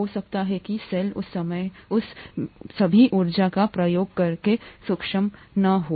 हो सकता है कि सेल उस समय उस सभी ऊर्जा का उपयोग करने में सक्षम न हो